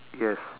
yes